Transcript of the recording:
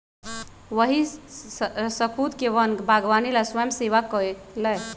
वही स्खुद के वन बागवानी ला स्वयंसेवा कई लय